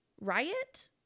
riot